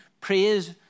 praise